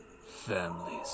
families